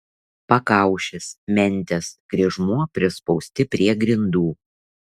pakaušis mentės kryžmuo prispausti prie grindų